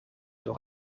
door